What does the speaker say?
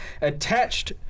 attached